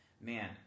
man